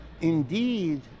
Indeed